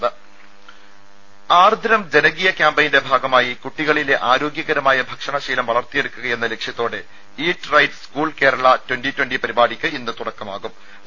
രുദ ആർദ്രം ജനകീയ ക്യാമ്പയിന്റെ ഭാഗമായി കുട്ടികളിലെ ആരോഗ്യകരമായ ഭക്ഷണശീലം വളർത്തിയെടുക്കുകയെന്ന ലക്ഷ്യത്തോടെ eat right school Kerala twenty twenty പരിപാടിക്ക് ഇന്ന് തുടക്കമാവും